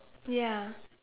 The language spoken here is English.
ya